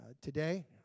today